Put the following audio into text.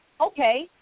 okay